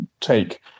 take